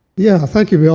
yeah. thank you, bill.